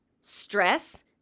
stress